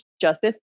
justice